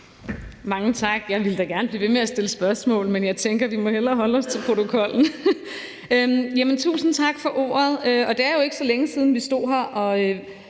Mange tak. Jeg ville da gerne blive ved med at stille spørgsmål, men jeg tænker, at vi hellere må holde os til protokollen. Tusind tak for ordet. Det er jo ikke så længe siden, vi stod her og